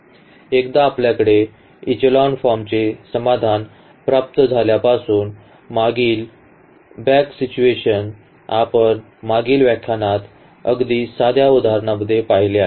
एकदा आपल्याकडे इचेलॉन फॉर्मचे समाधान प्राप्त झाल्यापासून मागील back substitution आपण मागील व्याख्यानात अगदी साध्या उदाहरणांमध्ये पाहिले आहे